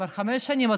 כבר חמש שנים,